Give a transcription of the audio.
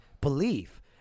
belief